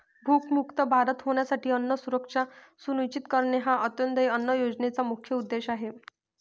भूकमुक्त भारत होण्यासाठी अन्न सुरक्षा सुनिश्चित करणे हा अंत्योदय अन्न योजनेचा मुख्य उद्देश आहे